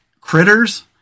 critters